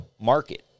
market